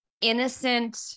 innocent